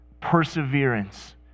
perseverance